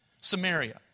Samaria